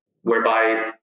whereby